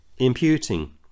imputing